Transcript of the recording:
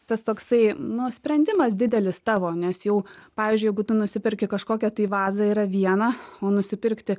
tas toksai nu sprendimas didelis tavo nes jau pavyzdžiui jeigu tu nusiperki kažkokią tai vazą yra viena o nusipirkti